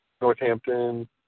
Northampton